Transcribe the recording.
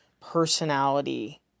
personality